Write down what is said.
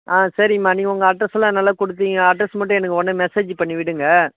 ஆ சரிங்கம்மா நீங்கள் உங்கள் அட்ரெஸ் எல்லாம் நல்லா கொடுத்தீங்கன்னா அட்ரெஸ் மட்டும் எனக்கு உடனே மெசேஜ் பண்ணிவிடுங்க